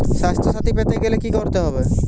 স্বাস্থসাথী পেতে গেলে কি করতে হবে?